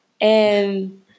and-